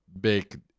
big